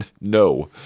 no